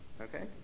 okay